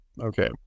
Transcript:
okay